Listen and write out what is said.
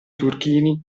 turchini